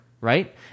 right